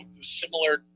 similar